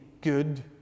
good